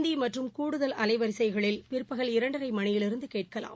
இந்திமற்றும் கூடுதல் அலைவரிசைகளில் பிற்பகல் இரண்டரைமணியிலிருந்தகேட்கலாம்